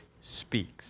speaks